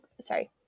sorry